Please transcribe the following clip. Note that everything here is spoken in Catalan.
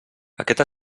aquest